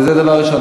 זה דבר ראשון.